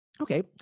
Okay